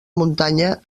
muntanya